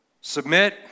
submit